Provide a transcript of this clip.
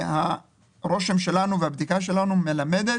הרושם שלנו והבדיקה שלנו מלמדים